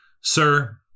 sir